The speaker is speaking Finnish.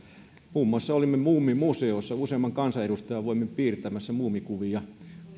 muun muassa olimme muumimuseossa useamman kansanedustajan voimin piirtämässä muumi kuvia